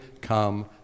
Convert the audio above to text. come